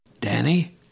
Danny